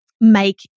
Make